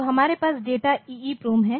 तो हमारे पास डेटा EEPROM है